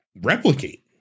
replicate